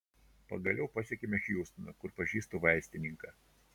pagaliau pasiekėme hjustoną kur pažįstu vaistininką